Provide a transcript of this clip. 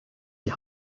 die